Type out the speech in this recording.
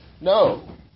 No